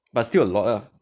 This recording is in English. but still a lot lah